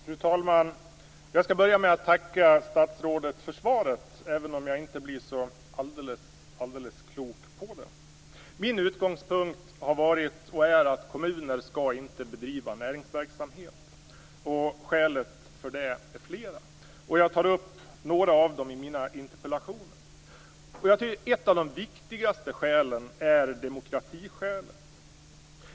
Fru talman! Jag skall börja med att tacka statsrådet för svaret, även om jag inte blir så alldeles klok på det. Min utgångspunkt har varit och är att kommuner inte skall bedriva näringsverksamhet. Skälen för det är flera. Jag tar upp några av dem i mina interpellationer. Ett av de viktigaste skälen är demokratiskälet.